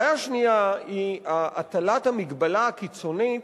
בעיה שנייה היא הטלת המגבלה הקיצונית,